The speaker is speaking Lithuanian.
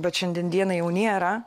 bet šiandien dienai jau nėra